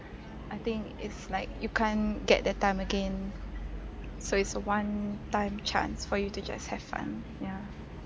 I think it's like you can't get that time again so it's a one time chance for you to just have fun ya